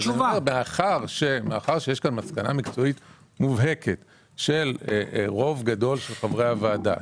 יש כאן מסקנה מקצועית מובהקת של רוב גדול של חברי הוועדה,